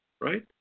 right